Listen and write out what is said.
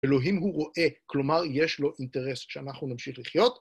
אלוהים הוא רואה, כלומר, יש לו אינטרס שאנחנו נמשיך לחיות.